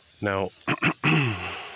Now